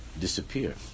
disappear